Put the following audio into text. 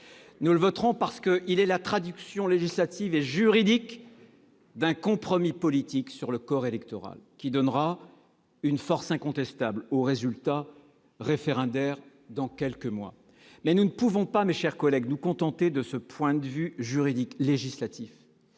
Nous le voterons parce qu'il est la traduction législative et juridique d'un compromis politique sur le corps électoral. Il donnera une force incontestable au résultat référendaire dans quelques mois. Toutefois, mes chers collègues, nous ne pouvons pas nous contenter de ce point de vue juridique, législatif.